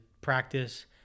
practice